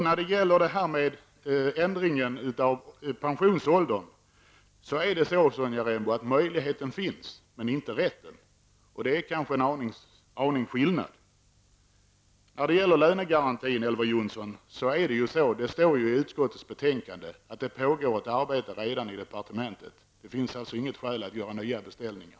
När det gäller ändringen av pensionsåldern, Sonja Rembo, så finns möjligheten men inte rätten. Och det är kanske en viss skillnad. Till Elver Jonsson vill jag säga att det står i utskottets betänkande att det redan pågår ett arbete i departementet när det gäller lönegarantin. Det finns alltså inget skäl att göra nya beställningar.